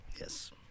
Yes